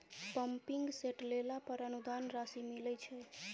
Pumping set लेला पर अनुदान राशि मिलय छैय?